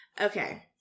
Okay